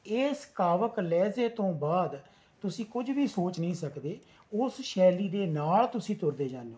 ਇਸ ਕਾਵਕ ਲਹਿਜ਼ੇ ਤੋਂ ਬਾਅਦ ਤੁਸੀਂ ਕੁਝ ਵੀ ਸੋਚ ਨਹੀਂ ਸਕਦੇ ਉਸ ਸ਼ੈਲੀ ਦੇ ਨਾਲ ਤੁਸੀਂ ਤੁਰਦੇ ਜਾਂਦੇ ਹੋ